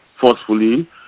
forcefully